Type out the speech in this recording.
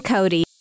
Cody